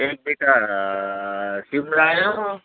एकबिटा सिमरायो